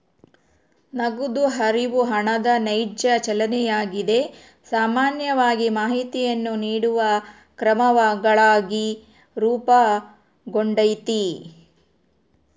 ನಗದು ಹರಿವು ಹಣದ ನೈಜ ಚಲನೆಯಾಗಿದೆ ಸಾಮಾನ್ಯವಾಗಿ ಮಾಹಿತಿಯನ್ನು ನೀಡುವ ಕ್ರಮಗಳಾಗಿ ರೂಪುಗೊಂಡೈತಿ